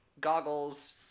goggles